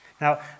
Now